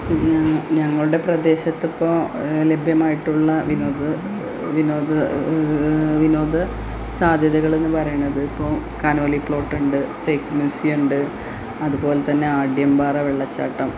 ഞങ്ങ ഞങ്ങളുടെ പ്രദേശത്തിപ്പോൾ ലഭ്യമായിട്ടുള്ള വിനോദ വിനോദ വിനോദ സാദ്ധ്യതകളെന്നു പറയണത് ഇപ്പോൾ കനോലി പ്ലോട്ടുണ്ട് തേക്ക് മ്യൂസിയം ഉണ്ട് അതു പോലെ തന്നെ ആഢ്യംപാറ വെള്ളച്ചാട്ടം